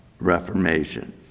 reformation